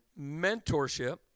mentorship